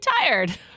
tired